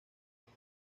cada